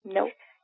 Nope